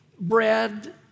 bread